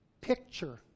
Picture